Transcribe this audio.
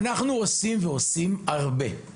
אנחנו עושים ואף עושים הרבה,